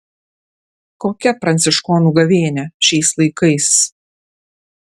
kokia pranciškonų gavėnia šiais laikais